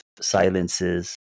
silences